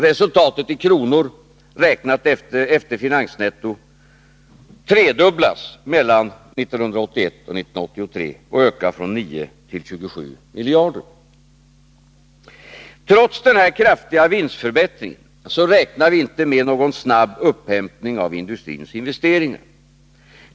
Resultatet i kronor räknat efter finansnetto tredubblas mellan 1981 och 1983 och ökar från 9 till 27 miljarder kronor. Trots denna kraftiga vinstförbättring räknar vi inte med någon snabb upphämtning av industrins investeringar.